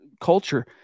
culture